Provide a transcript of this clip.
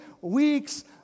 weeks